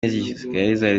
n’igisirikare